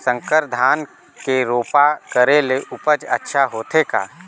संकर धान के रोपा करे ले उपज अच्छा होथे का?